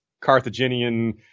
carthaginian